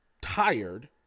tired